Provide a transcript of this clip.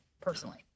personally